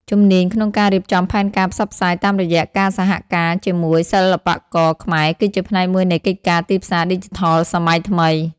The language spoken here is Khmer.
ជំនាញក្នុងការរៀបចំផែនការផ្សព្វផ្សាយតាមរយៈការសហការជាមួយសិល្បករខ្មែរ គឺជាផ្នែកមួយនៃកិច្ចការទីផ្សារឌីជីថលសម័យថ្មី។